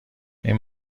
این